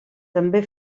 també